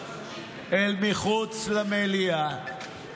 אל מחוץ למליאה,